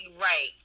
right